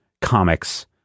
comics